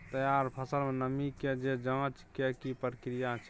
तैयार फसल में नमी के ज जॉंच के की प्रक्रिया छै?